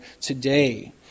today